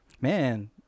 man